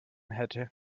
hätte